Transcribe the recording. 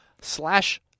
slash